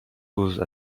causes